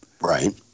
right